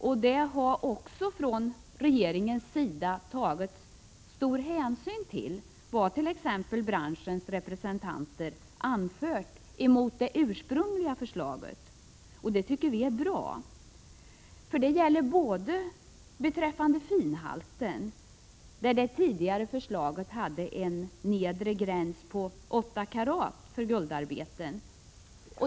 Regeringen har — och det tycker utskottet är bra — tagit stor hänsyn till vad branschens representanter anfört mot det ursprungliga förslaget. Det gäller finhalten, där det tidigare förslaget hade en nedre gräns på 8 karat för guldarbeten.